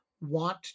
want